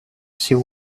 she